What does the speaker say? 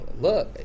look